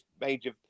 major